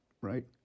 right